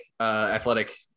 athletic